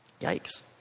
Yikes